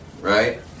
Right